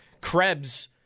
Krebs